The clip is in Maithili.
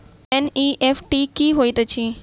एन.ई.एफ.टी की होइत अछि?